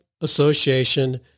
Association